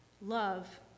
love